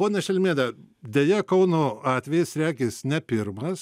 ponia šelmiene deja kauno atvejis regis ne pirmas